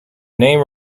name